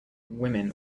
women